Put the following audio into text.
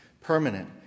permanent